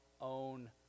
own